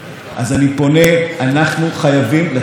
אנחנו חייבים לצאת למלחמה על העניין הזה